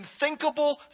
unthinkable